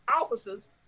officers